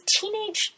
teenage